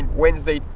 wednesday,